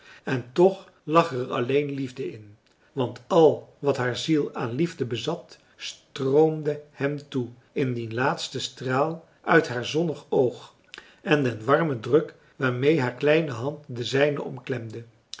en toch lag er alleen liefde in want al wat haar ziel aan liefde bezat stroomde hem toe in dien laatsten straal uit haar zonnig oog en in den warmen druk waarmee haar kleine hand de zijne omklemde